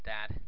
Dad